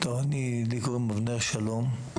לי קוראים אבנר שלום.